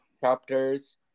chapters